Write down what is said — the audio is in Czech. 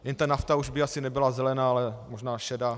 Jen ta nafta už by asi nebyla zelená, ale možná šedá.